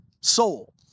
soul